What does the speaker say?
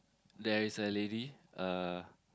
there is a lady uh